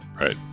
Right